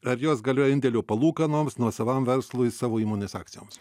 ar jos galioja indėlių palūkanoms nuosavam verslui savo įmonės akcijoms